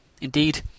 Indeed